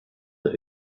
der